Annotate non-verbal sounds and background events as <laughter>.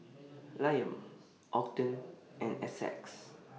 <noise> Liam Ogden and Essex